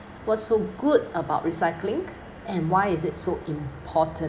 what's so good about recycling and why is it so important